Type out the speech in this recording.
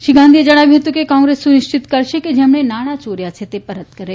શ્રી ગાંધીએ જણાવ્યું હતું કે કોંગ્રેસ સુનિશ્ચિત કરશે કે જેમણે નાણાં ચોર્યા છે તે પરત કરે